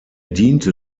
diente